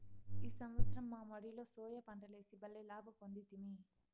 ఈ సంవత్సరం మా మడిలో సోయా పంటలేసి బల్లే లాభ పొందితిమి